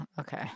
Okay